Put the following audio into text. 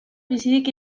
bizirik